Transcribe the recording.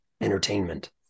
entertainment